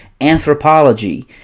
anthropology